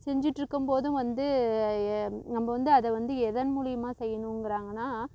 செஞ்சிகிட்டு இருக்கும் போதும் வந்து நம்ம வந்து அதை வந்து எதன் மூலியமாக செய்யணுங்கிறாங்கனா